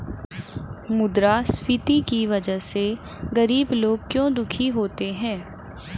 मुद्रास्फीति की वजह से गरीब लोग क्यों दुखी होते हैं?